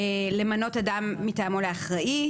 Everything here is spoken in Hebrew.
למנות אדם מטעמו לאחראי,